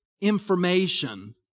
information